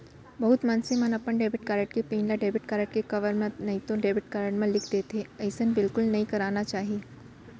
बहुत मनसे मन अपन डेबिट कारड के पिन ल डेबिट कारड के कवर म नइतो डेबिट कारड म लिख देथे, अइसन बिल्कुल नइ करना चाही